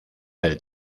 del